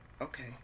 okay